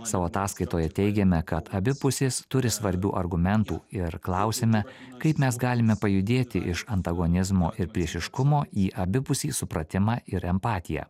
savo ataskaitoj teigiame kad abi pusės turi svarbių argumentų ir klausiame kaip mes galime pajudėti iš antagonizmo ir priešiškumo į abipusį supratimą ir empatiją